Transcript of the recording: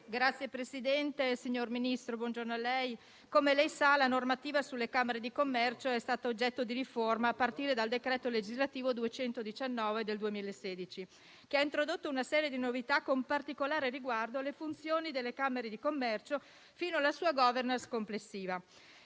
Signor Presidente, come il Ministro sa, la normativa sulle camere di commercio è stata oggetto di riforma a partire dal decreto legislativo n. 219 del 2016, che ha introdotto una serie di novità con particolare riguardo alle funzioni delle camere di commercio fino alla loro *governance* complessiva.